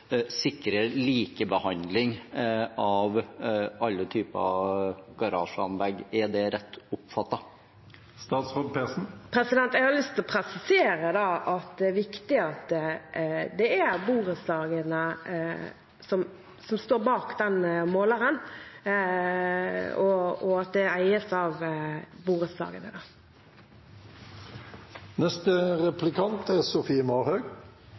likebehandling av alle typer garasjeanlegg. Er det rett oppfattet? Jeg har lyst til å presisere at det er viktig at det er borettslagene som står bak den måleren, og at det eies av borettslagene.